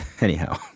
anyhow